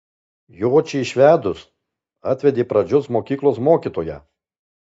jočį išvedus atvedė pradžios mokyklos mokytoją